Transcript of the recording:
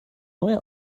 neue